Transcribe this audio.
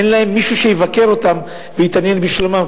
אין מי שיבקר אותם ויתעניין בשלומם,